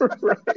right